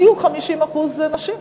בדיוק ב-50% נשים,